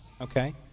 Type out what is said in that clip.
okay